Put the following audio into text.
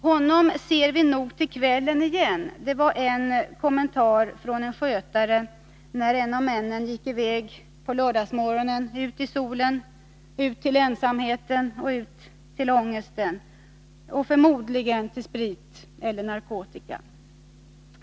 ”Honom ser vi nog till kvällen igen”, var en kommentar från en skötare, när en av männen gick sin väg på lördagsmorgonen ut i solen — till ensamhet och ångest och förmodligen till sprit eller narkotika.